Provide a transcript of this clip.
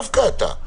דווקא אתה,